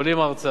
וההצעה,